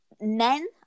men